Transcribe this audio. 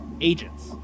agents